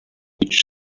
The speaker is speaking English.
which